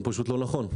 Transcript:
הוא פשוט לא נכון.